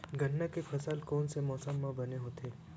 गन्ना के फसल कोन से मौसम म बने होथे?